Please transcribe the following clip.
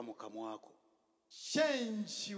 Change